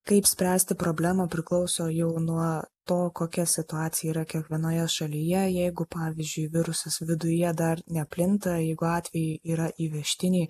kaip spręsti problemą priklauso jau nuo to kokia situacija yra kiekvienoje šalyje jeigu pavyzdžiui virusas viduje dar neplinta jeigu atvejai yra įvežtiniai